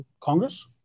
Congress